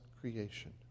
creation